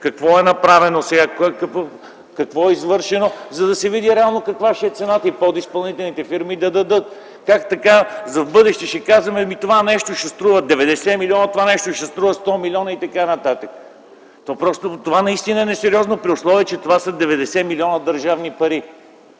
какво е направено, какво е извършено, за да се види реално каква е цената и подизпълнителните фирми да я дадат. Как така за в бъдеще ще казваме: ами, това нещо ще струва 90 млн. лв., това нещо ще струва 100 милиона и т.н.? Това наистина е несериозно при условие, че това са 90 милиона държавни пари